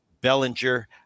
Bellinger